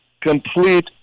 complete